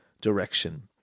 direction